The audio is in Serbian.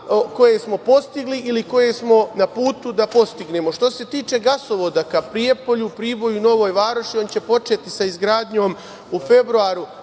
koje smo postigli ili koje smo na putu da postignemo. Što se tiče gasovoda ka Prijepolju, Priboju i Novoj Varoši, on će početi sa izgradnjom u februaru